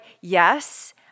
yes